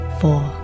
four